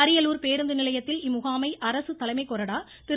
அரியலூர் பேருந்துநிலையத்தில் இம்முகாமை அரசு தலைமை கொறடா திரு